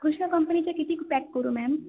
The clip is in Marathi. कृष्ण कंपनीचे किती पॅक करू मॅम